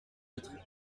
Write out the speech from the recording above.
êtres